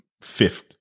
fifth